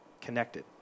connected